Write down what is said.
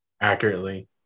accurately